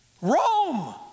Rome